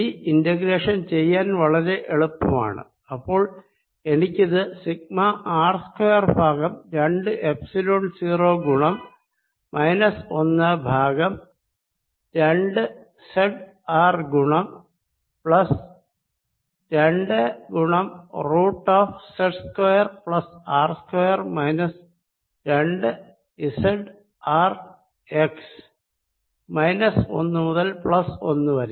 ഈ ഇന്റഗ്രേഷൻ ചെയ്യാൻ വളരെ എളുപ്പമാണ് അപ്പോൾ എനിക്കിത് സിഗ്മ R സ്ക്വയർ ബൈ രണ്ട് എപ്സിലോൺ 0 ഗുണം മൈനസ് ഒന്ന് ബൈ രണ്ട് z ആർ ഗുണം പ്ലസ് രണ്ട് ഗുണം root of z square plus R square minus രണ്ട് z R x ഒന്ന് മുതൽ പ്ലസ് ഒന്ന് വരെ